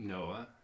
Noah